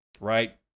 right